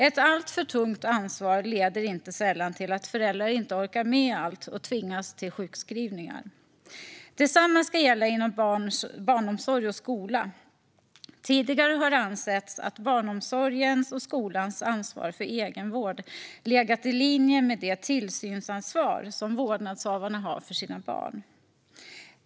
Ett alltför tungt ansvar leder inte sällan till att föräldrar inte orkar med allt och tvingas till sjukskrivningar. Detsamma ska gälla inom barnomsorg och skola. Tidigare har det ansetts att barnomsorgens och skolans ansvar för egenvård legat i linje med det tillsynsansvar som vårdnadshavarna har för sina barn.